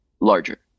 larger